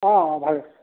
অ' বাৰু